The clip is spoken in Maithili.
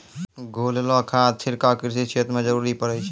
घोललो खाद छिड़काव कृषि क्षेत्र म जरूरी पड़ै छै